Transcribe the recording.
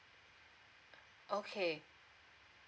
okay